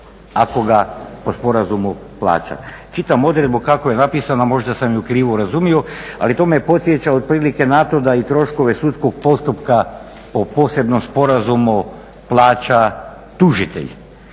ako ga po sporazumu plaća? Čitam odredbu kako je napisana, možda sam ju krivo razumio, ali to me podsjeća otprilike na to da i troškove sudskog postupka po posebnom sporazumu plaća tužitelj